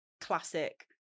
classic